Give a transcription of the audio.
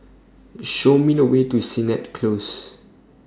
Show Me The Way to Sennett Close